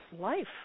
life